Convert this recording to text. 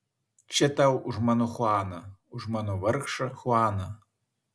čia tau už mano chuaną už mano vargšą chuaną